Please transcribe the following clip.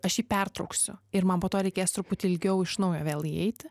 aš pertrauksiu ir man po to reikės truputį ilgiau iš naujo vėl įeiti